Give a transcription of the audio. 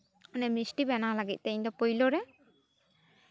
ᱚᱱᱟ ᱢᱤᱥᱴᱤ ᱵᱮᱱᱟᱣ ᱞᱟᱹᱜᱤᱫ ᱛᱮ ᱯᱳᱭᱞᱳ ᱨᱮ